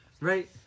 Right